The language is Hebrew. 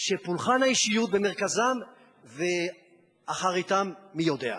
שפולחן האישיות במרכזם ואחריתן מי יודע.